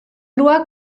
lois